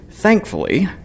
Thankfully